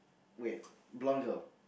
wait blonde girl